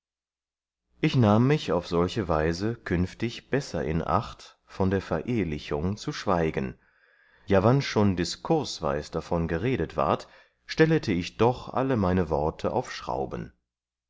ich nahm mich auf solche weise künftig besser in acht von der verehlichung zu schweigen ja wann schon diskursweis davon geredet ward stellete ich doch alle meine worte auf schrauben